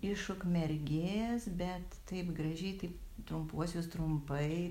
iš ukmergės bet taip gražiai taip trumpuosius trumpai